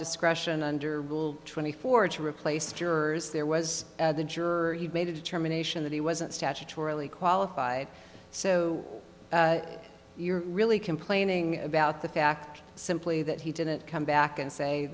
discretion under twenty four to replace jurors there was at the juror he made a determination that he wasn't statutorily qualified so you're really complaining about the fact simply that he didn't come back and say